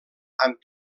amb